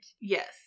Yes